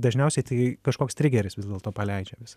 dažniausiai tai kažkoks trigeris vis dėlto paleidžiamas